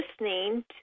listening